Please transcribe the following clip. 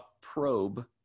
probe